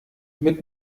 mit